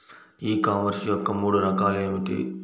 ఈ కామర్స్ యొక్క మూడు రకాలు ఏమిటి?